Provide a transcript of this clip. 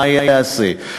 מה ייעשה.